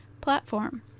platform